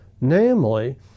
Namely